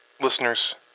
listeners